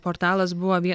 portalas buvo vie